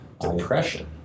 Depression